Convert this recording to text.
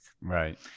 Right